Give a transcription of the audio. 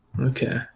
Okay